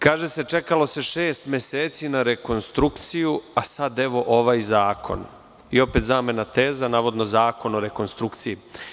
Kaže se, čekalo se šest meseci na rekonstrukciju, a sada evo ovaj zakon i opet zamena teza i navodno zakon o rekonstrukciji.